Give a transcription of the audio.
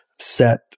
set